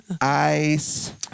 ice